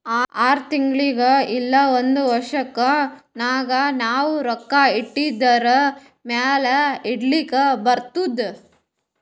R ತಿಂಗುಳಿಗ್ ಇಲ್ಲ ಒಂದ್ ವರ್ಷ ನಾಗ್ ನಾವ್ ರೊಕ್ಕಾ ಇಟ್ಟಿದುರ್ ಮ್ಯಾಲ ಈಲ್ಡ್ ಬರ್ತುದ್